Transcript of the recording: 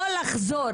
או לחזור